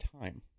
time